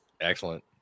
Excellent